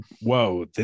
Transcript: whoa